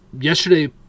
yesterday